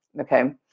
okay